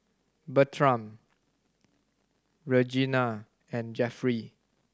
Bertram Regina and Jeffry